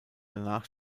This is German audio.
danach